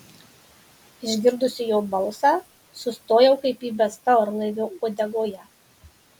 išgirdusi jo balsą sustojau kaip įbesta orlaivio uodegoje